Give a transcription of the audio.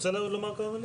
רוצה לומר כמה מילים?